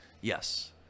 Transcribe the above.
Yes